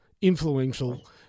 influential